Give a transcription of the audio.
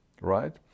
right